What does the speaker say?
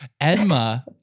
Edma